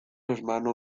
hermano